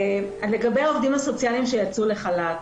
אז לגבי העובדים הסוציאליים שיצאו לחל"ת,